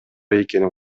экенин